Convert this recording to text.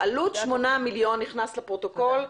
בעלות שמונה מיליון, נכנס לפרוטוקול.